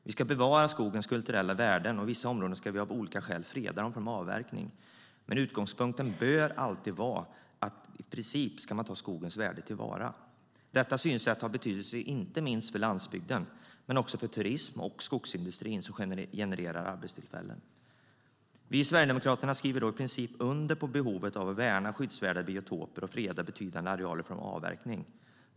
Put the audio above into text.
Vi ska bevara skogens kulturella värden, och vissa områden ska av olika skäl fredas från avverkning. Men utgångspunkten bör i princip alltid vara att skogens värde ska tas till vara. Detta synsätt har betydelse, inte minst för landsbygden där både turism och skogsindustri genererar arbetstillfällen. Vi i Sverigedemokraterna skriver i princip under på behovet av att värna skyddsvärda biotoper och att freda betydande arealer från avverkning.